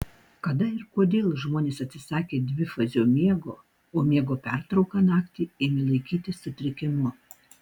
kada ir kodėl žmonės atsisakė dvifazio miego o miego pertrauką naktį ėmė laikyti sutrikimu